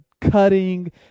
cutting